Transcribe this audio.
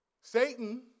Satan